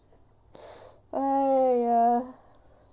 !aiya!